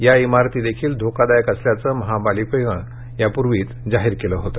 या इमारतीही धोकादायक असल्याचं महापालिकेनं यापूर्वीच जाहीर केलं होतं